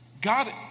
God